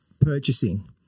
purchasing